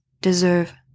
deserve